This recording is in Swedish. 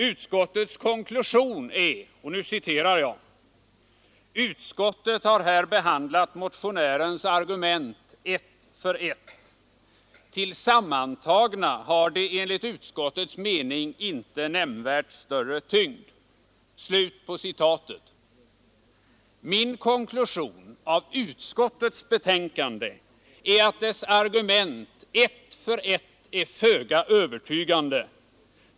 Utskottets konklusion är — och nu citerar jag: ”Utskottet har här behandlat motionärens argument ett för ett. Tillsammantagna har de enligt utskottets mening inte nämnvärt större tyngd.” Min konklusion av utskottets betänkande är att dess argument ett för ett är föga övertygande.